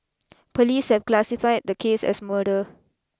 police have classified the case as murder